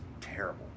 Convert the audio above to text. terrible